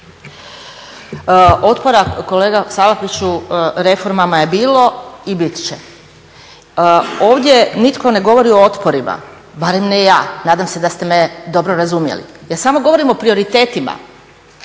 Otpora kolega Salapiću reformama je bilo i bit će. Ovdje nitko ne govori o otporima, barem ne ja, nadam se da ste me dobro razumjeli. Ja samo govorim o prioritetima